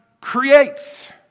creates